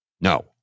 No